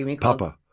Papa